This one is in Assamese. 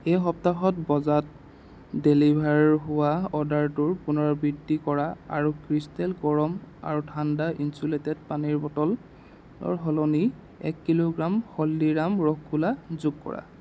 এই সপ্তাহত বজাত ডেলিভাৰ হোৱা অৰ্ডাৰটোৰ পুনৰাবৃত্তি কৰা আৰু ক্ৰিষ্টেল গৰম আৰু ঠাণ্ডা ইনচুলেটেড পানীৰ বটলৰ সলনি এক কিলোগ্ৰাম হলদিৰাম ৰসগোল্লা যোগ কৰা